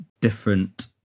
different